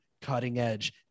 Cutting-edge